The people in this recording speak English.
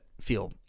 feel